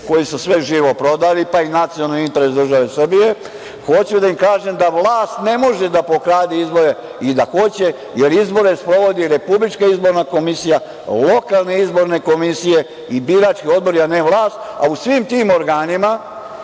koji su sve živo prodali, pa i nacionalni interes države Srbije, hoću da im kažem da vlast ne može da pokrade izbore i da hoće, jer izbore sprovodi RIK, lokalne izborne komisije i birački odbori, a ne vlast, a u svim tim organima